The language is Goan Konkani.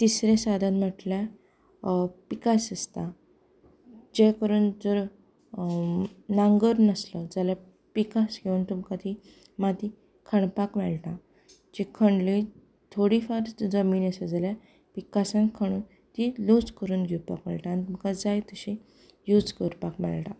तिसरें साधन म्हणल्यार पिकास आसता जें करून जर नांगर नासलो जाल्यार पिकास घेवन तुमकां ती माती खणपाक मेळटा जी खणली थोडी जमीन आसात जाल्यार पिकासान खणून ती लूज करून घेवपाक मेळटा आनी तुका जाय तशी यूज करपाक मेळटा